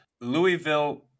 Louisville